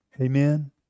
Amen